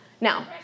now